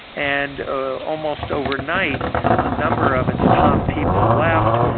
and ah almost overnight a number of its top people left,